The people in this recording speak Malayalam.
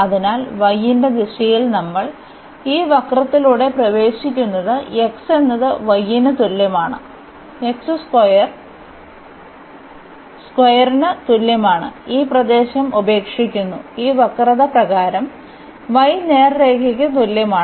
അതിനാൽ y ന്റെ ദിശയിൽ നമ്മൾ ഈ വക്രത്തിലൂടെ പ്രവേശിക്കുന്നത് x എന്നത് y ന് തുല്യമാണ് ന് തുല്യമാണ് ഈ പ്രദേശം ഉപേക്ഷിക്കുന്നു ഈ വക്രത പ്രകാരം y നേർരേഖയ്ക്ക് തുല്യമാണ്